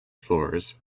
floors